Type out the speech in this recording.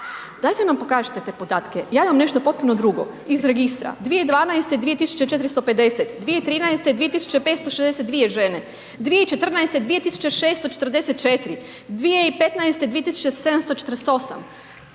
dajte nam pokažite te podatke, ja imam nešto potpuno drugo, iz registra 2012. 2450, 2013. 2562 žene, 2014. 2644, 2015. 2748,